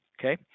Okay